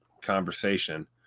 conversation